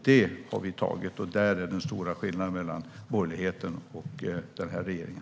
Det är den stora skillnaden mellan borgerligheten och den här regeringen.